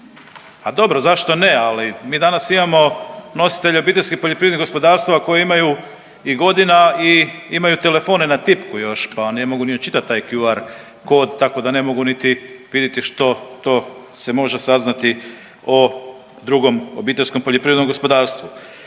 A dobro, zašto ne ali mi danas imamo nositelje obiteljskih poljoprivrednih gospodarstava koji imaju i godina i imaju telefone na tipku još, pa ne mogu ni učitati taj QR kod tako da ne mogu niti vidjeti što to se može saznati o drugom obiteljskom poljoprivrednom gospodarstvu.